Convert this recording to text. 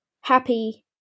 happy